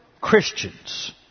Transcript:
Christians